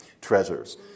treasures